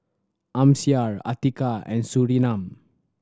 Amsyar Atiqah and Surinam